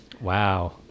Wow